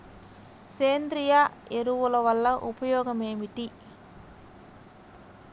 సేంద్రీయ ఎరువుల వల్ల ఉపయోగమేమిటీ?